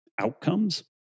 outcomes